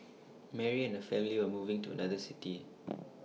Mary and family were moving to another city